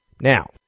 Now